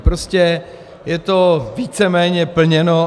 Prostě je to víceméně plněno.